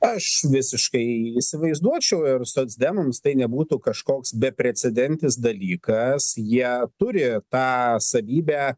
aš visiškai įsivaizduočiau ir socdemams tai nebūtų kažkoks beprecedentis dalykas jie turi tą savybę